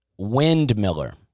windmiller